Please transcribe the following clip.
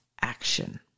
action